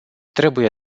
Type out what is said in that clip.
trebuie